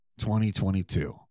2022